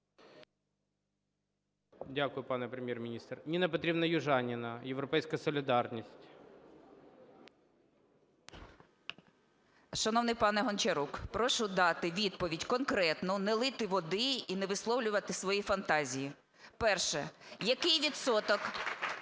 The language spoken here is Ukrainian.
Дякую, пане Прем’єр-міністре. Ніна Петрівна Южаніна, "Європейська солідарність". 10:52:14 ЮЖАНІНА Н.П. Шановний пане Гончарук, прошу дати відповідь конкретно, не лити води і не висловлювати свої фантазії. Перше. Який відсоток